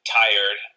tired